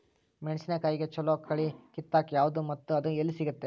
ಮೆಣಸಿನಕಾಯಿಗ ಛಲೋ ಕಳಿ ಕಿತ್ತಾಕ್ ಯಾವ್ದು ಮತ್ತ ಅದ ಎಲ್ಲಿ ಸಿಗ್ತೆತಿ?